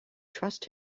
trust